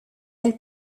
elles